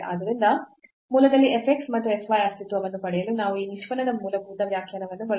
ಆದ್ದರಿಂದ ಮೂಲದಲ್ಲಿ f x ಮತ್ತು f y ಅಸ್ತಿತ್ವವನ್ನು ಪಡೆಯಲು ನಾವು ಈ ನಿಷ್ಪನ್ನದ ಮೂಲಭೂತ ವ್ಯಾಖ್ಯಾನವನ್ನು ಬಳಸುತ್ತೇವೆ